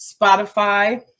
Spotify